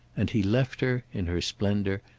and he left her, in her splendour,